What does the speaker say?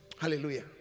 Hallelujah